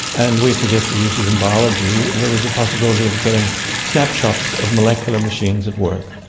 and we suggested uses in biology. there was a possibility of getting snapshots of molecular machines at work,